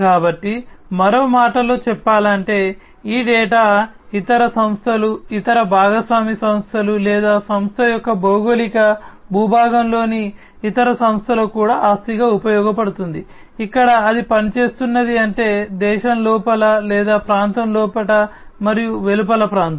కాబట్టి మరో మాటలో చెప్పాలంటే ఈ డేటా ఇతర సంస్థలు ఇతర భాగస్వామి సంస్థలు లేదా సంస్థ యొక్క భౌగోళిక భూభాగంలోని ఇతర సంస్థలకు కూడా ఆస్తిగా ఉపయోగపడుతుంది ఇక్కడ అది పనిచేస్తున్నది అంటే దేశం లోపల లేదా ప్రాంతం లోపల మరియు వెలుపల ప్రాంతం